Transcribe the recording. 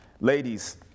Ladies